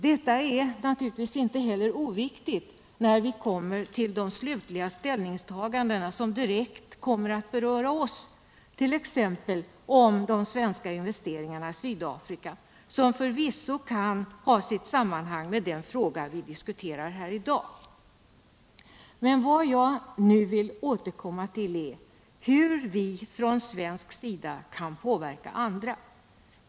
Detta är naturligtvis inte heller oviktigt när vi kommer till de slutliga ställningstaganden som direkt kommer att beröra oss, t.ex. om de svenska investeringarna i Sydafrika, som förvisso kan ha sitt sammanhang med den fråga vi diskuterar i dag. Men vad jag nu vill återkomma till är hur vi från svensk sida kan påverka andra.